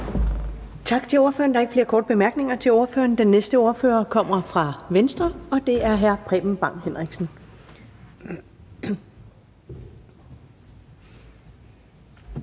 ordfører. Der er ikke flere korte bemærkninger til ordføreren. Den næste ordfører kommer fra Venstre, og det er fru Jane Heitmann.